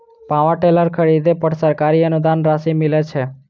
Power tiller खरीदे पर सरकारी अनुदान राशि मिलय छैय?